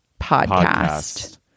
podcast